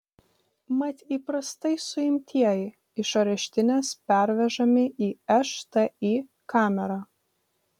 mat įprastai suimtieji iš areštinės pervežami į šti kamerą